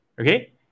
okay